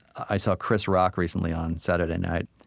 i saw chris rock recently on saturday night